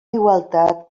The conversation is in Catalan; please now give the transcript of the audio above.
igualtat